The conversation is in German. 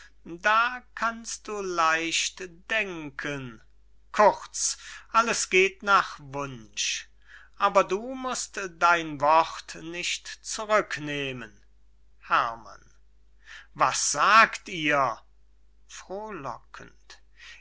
da kannst du leicht denken kurz alles geht nach wunsch aber du must dein wort nicht zurücknehmen herrmann was sagt ihr